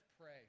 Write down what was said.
pray